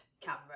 camera